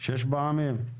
שש פעמים.